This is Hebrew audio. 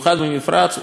הוא דחוף לא פחות,